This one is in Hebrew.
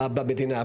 במדינה.